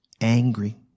angry